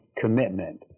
commitment